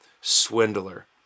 swindler